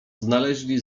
znaleźli